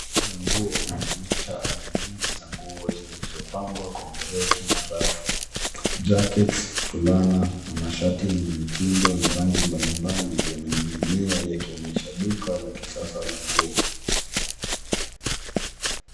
Duka la nguo linaonyesha aina nyingi za nguo zilizopangwa kwenye reki na rafu. Jackets , fulana na mashati yenye mitindo na rangi mbalimbali yamening'inia yakionyesha duka la kisasa la nguo.